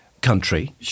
country